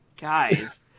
Guys